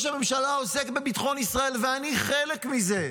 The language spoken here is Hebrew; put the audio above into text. הממשלה עוסק בביטחון ישראל ואני חלק מזה.